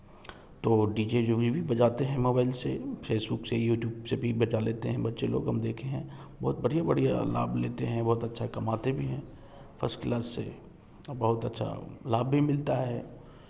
तो वह D J जो भी भी बजाते हैं मोबाईल से फेसबुक से यूटूब से भी बजा लेते हैं बच्चे लोग हम देखे हैं बहुत बढ़िया बढ़िया लाभ लेते हैं बहुत अच्छा कमाते भी हैं फर्स्ट क्लास से और बहुत अच्छा लाभ भी मिलता है